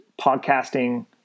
podcasting